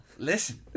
Listen